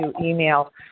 email